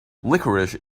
licorice